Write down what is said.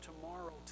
tomorrow